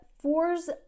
fours